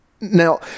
Now